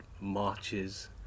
marches